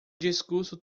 discurso